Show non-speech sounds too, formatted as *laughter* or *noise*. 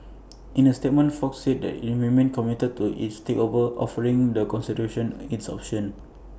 *noise* in A statement fox said that IT remained committed to its takeover offering the consideration its options